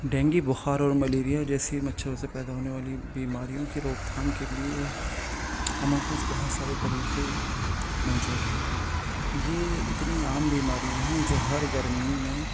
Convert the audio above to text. dengue بخار اور malaria جیسی مچھروں سے پیدا ہونے والی بیماریوں کی روک تھام کے لیے ہمارے پاس بہت سارے طریقے موجود ہیں یہ اتنی عام بیماریاں ہیں جو ہر گرمی میں